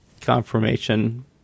confirmation